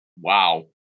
Wow